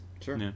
sure